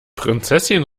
prinzesschen